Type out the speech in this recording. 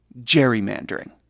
gerrymandering